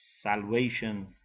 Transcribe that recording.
salvation